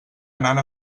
anant